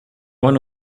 one